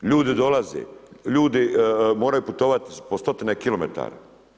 Ljudi dolaze, ljudi moraju putovati po stotine kilometara.